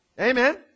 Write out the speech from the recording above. amen